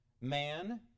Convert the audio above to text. Man